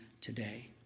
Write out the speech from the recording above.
today